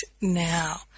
now